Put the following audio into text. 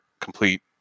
complete